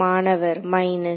மாணவர் மைனஸ்